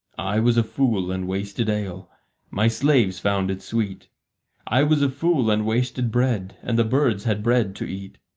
i was a fool and wasted ale my slaves found it sweet i was a fool and wasted bread, and the birds had bread to eat.